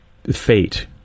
fate